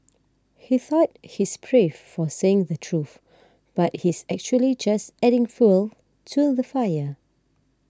he thought he's brave for saying the truth but he's actually just adding fuel to the fire